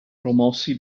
promossi